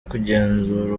kugenzura